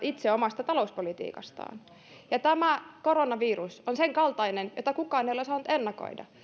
itse omasta talouspolitiikastaan tämä koronavirus on senkaltainen että kukaan ei ole osannut ennakoida